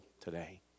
today